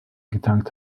getankt